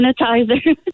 sanitizer